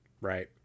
right